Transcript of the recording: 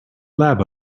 lab